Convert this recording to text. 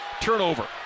Turnover